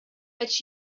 but